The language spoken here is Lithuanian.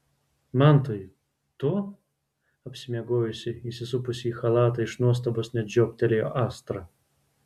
mantai tu apsimiegojusi įsisupusi į chalatą iš nuostabos net žioptelėjo astra